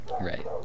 Right